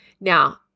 Now